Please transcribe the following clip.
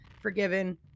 forgiven